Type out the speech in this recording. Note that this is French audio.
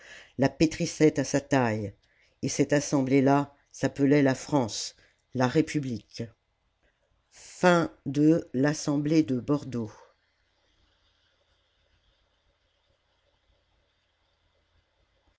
la pétrissait à sa taille et cette assemblée là s'appelait la france la république